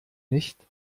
nicht